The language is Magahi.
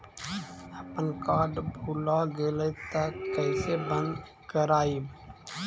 अपन कार्ड भुला गेलय तब कैसे बन्द कराइब?